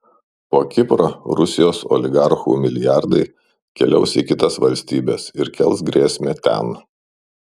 po kipro rusijos oligarchų milijardai keliaus į kitas valstybes ir kels grėsmę ten